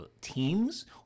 teams